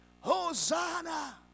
Hosanna